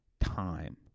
time